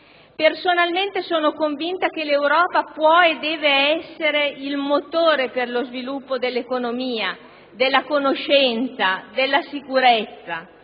nell'immediato. Sono convinta che l'Europa può e deve essere il motore per lo sviluppo dell'economia, della conoscenza, della sicurezza,